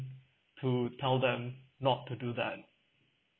to tell them not to do that